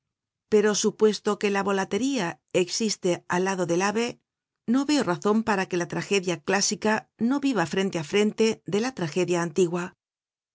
pero supuesto que la volatería existe al lado del ave no veo razon para que la tragedia clásica no viva frente á frente de la tragedia antigua o